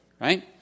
right